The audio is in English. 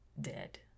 dead